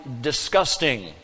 disgusting